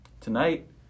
tonight